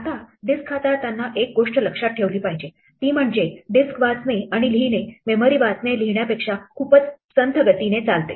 आता डिस्क हाताळताना एक गोष्ट लक्षात ठेवली पाहिजे ती म्हणजे डिस्क वाचणे आणि लिहिणे मेमरी वाचण्या लिहिण्यापेक्षा खूपच संथ गतीने चालते